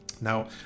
Now